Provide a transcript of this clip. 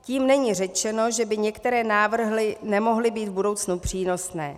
Tím není řečeno, že by některé návrhy nemohly být v budoucnu přínosné.